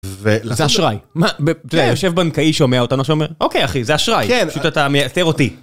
זה אשראי, יושב בנקאי שומע אותנו שאומר, אוקיי אחי זה אשראי, פשוט אתה מייתר אותי.